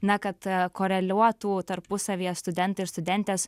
na kad koreliuotų tarpusavyje studentai ir studentės